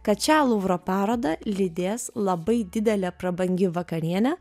kad šią luvro parodą lydės labai didelė prabangi vakarienė